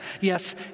Yes